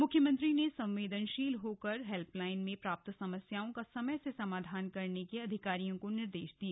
मुख्यमंत्री ने संवेदनशील होकर हेल्पलाइन में प्राप्त समस्याओं का समय से समाधान करने के अधिकारियों को निर्देश दिए